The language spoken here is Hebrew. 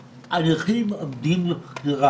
העובדים.